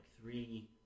three